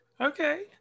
okay